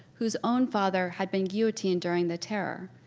whose own father had been guillotined during the terror,